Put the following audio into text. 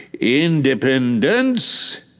independence